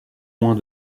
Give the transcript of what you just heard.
moins